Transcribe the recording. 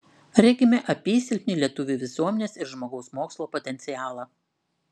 regime apysilpnį lietuvių visuomenės ir žmogaus mokslo potencialą